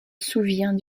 souvient